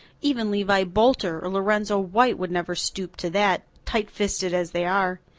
even levi boulter or lorenzo white would never stoop to that, tightfisted as they are.